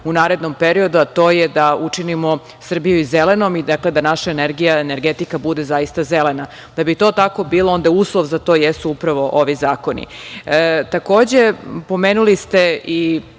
u narednom periodu, a to je da učinimo Srbiju i zelenom i da naša energija i energetika bude zaista zelena. Da bi to tako bilo, onda uslov za to jesu upravo ovi zakoni. Takođe, pomenuli ste i